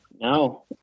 No